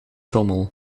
rommel